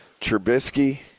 Trubisky